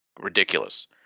ridiculous